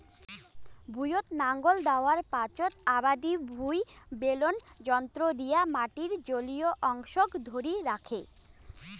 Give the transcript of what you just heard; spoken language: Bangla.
ভুঁইয়ত নাঙল দ্যাওয়ার পাচোত আবাদি ভুঁই বেলন যন্ত্র দিয়া মাটির জলীয় অংশক ধরি রাখে